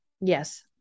Yes